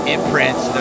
Imprints